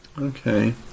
Okay